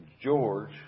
George